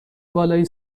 بالای